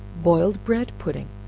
boiled bread pudding.